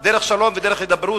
דרך שלום והידברות.